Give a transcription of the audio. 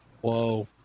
Whoa